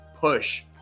push